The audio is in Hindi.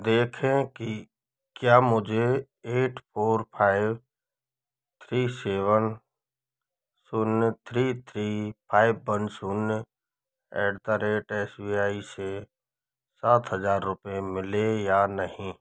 देखें कि क्या मुझे eight four five three seven शून्य थ्री थ्री फाईब वन शून्य eight the rate S B I से सात हजार रुपए मिले या नहीं